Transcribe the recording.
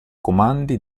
comandi